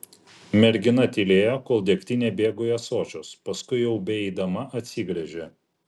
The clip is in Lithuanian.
mergina tylėjo kol degtinė bėgo į ąsočius paskui jau beeidama atsigręžė